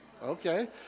Okay